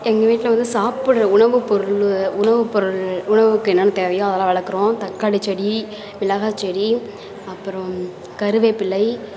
எங்கள் வீட்டில் வந்து சாப்பிடுற உணவு பொருள் உணவு பொருள் உணவுக்கு என்னான்ன தேவையோ அதெல்லாம் வளர்க்குறோம் தக்காளி செடி மிளகாய் செடி அப்புறம் கருவேப்பிலை